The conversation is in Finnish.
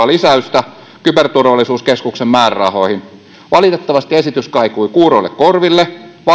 lisäystä kyberturvallisuuskeskuksen määrärahoihin valitettavasti esitys kaikui kuuroille korville